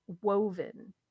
woven